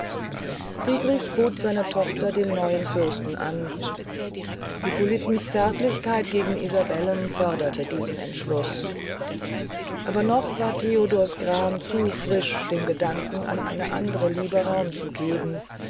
friedrich bot seine tochter dem neuen fürsten an hippolitens zärtlichkeit gegen isabellen beförderte diesen entschluß aber noch war theodors gram zu frisch dem gedanken an eine andre liebe raum zu geben